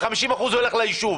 ו-50% הולך ליישוב.